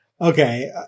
Okay